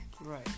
Right